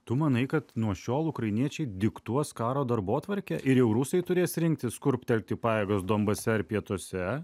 tu manai kad nuo šiol ukrainiečiai diktuos karo darbotvarkę ir jau rusai turės rinktis kur telkti pajėgas donbase ar pietuose